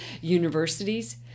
universities